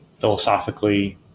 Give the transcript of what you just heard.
philosophically